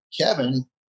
Kevin